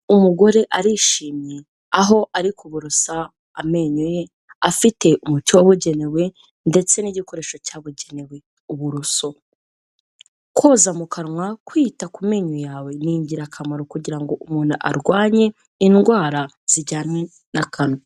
Umugore arishimye, aho ari kuborosa amenyo ye, afite umuti wabugenewe, ndetse n'igikoresho cyabugenewe uburoso, koza mu kanwa kwita ku menyo yawe ni ingirakamaro kugira ngo umuntu arwanye indwara zijyanye n'akanwa.